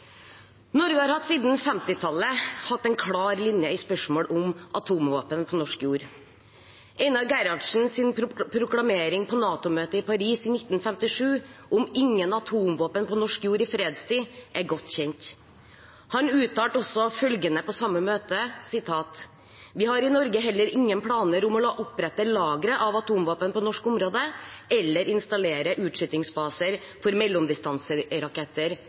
Norge har siden 1950-tallet hatt en klar linje i spørsmålet om atomvåpen på norsk jord. Einar Gerhardsens proklamasjon på NATO-toppmøtet i Paris i 1957 om «ingen atomvåpen på norsk jord i fredstid» er godt kjent. Han uttalte også følgende på det samme møtet: «Vi har i Norge heller ingen planer om å la opprette lagre av atomvåpen på norsk område eller installere utskytningsbaser for mellomdistanseraketter.»